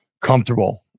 comfortable